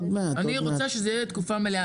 אני רוצה שזה יהיה לתקופה מלאה,